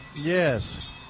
Yes